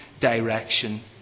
direction